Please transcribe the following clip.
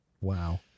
Wow